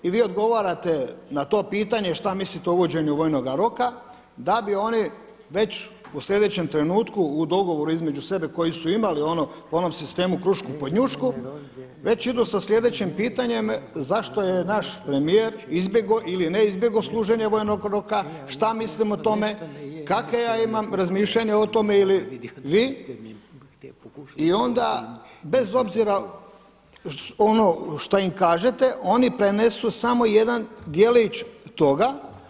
I vi odgovarate na to pitanje šta mislite o uvođenju vojnoga roka, da bi oni već u sljedećem trenutku u dogovoru između sebe koji su imali ono po onom sistemu krušku pod njušku već idu sa sljedećim pitanjem, zašto je naš premijer izbjego ili ne izbjego služenje vojnoga roka, šta mislimo o tome kakva ja imam razmišljanja o tome ili vi i onda bez obzira ono što im kažete oni prenesu samo jedan djelić toga.